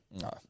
No